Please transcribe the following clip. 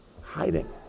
hiding